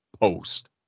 post